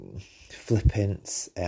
flippant